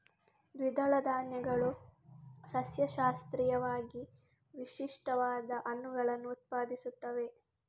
ದ್ವಿದಳ ಧಾನ್ಯಗಳು ಸಸ್ಯಶಾಸ್ತ್ರೀಯವಾಗಿ ವಿಶಿಷ್ಟವಾದ ಹಣ್ಣುಗಳನ್ನು ಉತ್ಪಾದಿಸುತ್ತವೆ